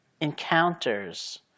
encounters